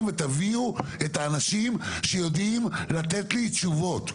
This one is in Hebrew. ותביאו את האנשים שיודעים לתת לי תשובות.